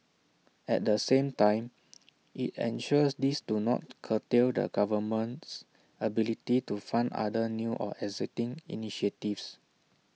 at the same time IT ensures these do not curtail the government's ability to fund other new or existing initiatives